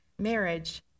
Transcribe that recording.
marriage